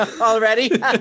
already